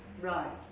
Right